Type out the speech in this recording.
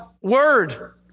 word